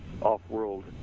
off-world